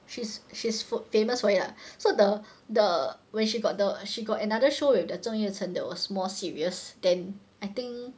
she's she's foo~ famous for it lah so the the when she got the she got another show with that 郑业成 that was more serious then I think